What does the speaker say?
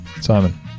Simon